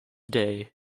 day